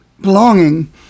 belonging